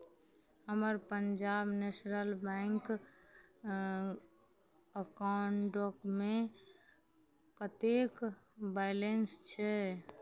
हमर Punjab national bank एकाउण्टमे कतेक बैलेन्स छै